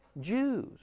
Jews